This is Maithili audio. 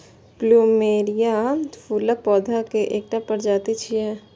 प्लुमेरिया फूलक पौधा के एकटा प्रजाति छियै